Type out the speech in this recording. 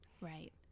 Right